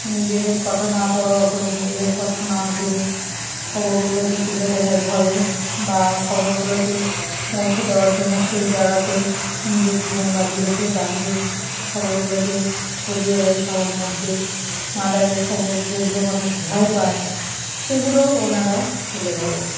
নিজেদের কথা না পরোয়া করে নিজেদের কথা না ভেবে খবরগুলোকে তুলে ধরে বা খবরগুলোকে পৌঁছে দেওয়ার জন্য সেই জায়গাতে নিজের জীবন বাজি রেখে দাঁড়িয়ে খবরগুলোকে ছড়িয়ে দেয় সবার মধ্যে মার্ডারের খবর যেগুলো মানুষ ভয় পায় সেগুলোও ওনারা তুলে ধরে